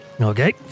okay